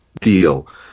deal